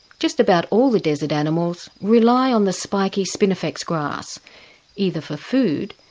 just about all the desert animals rely on the spiky spinifex grass either for food,